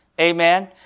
Amen